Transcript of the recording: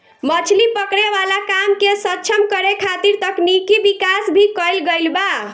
मछली पकड़े वाला काम के सक्षम करे खातिर तकनिकी विकाश भी कईल गईल बा